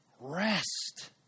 rest